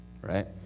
right